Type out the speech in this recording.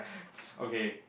okay